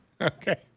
Okay